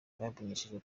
bamenyesheje